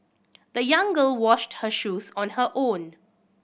the young girl washed her shoes on her own